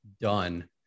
done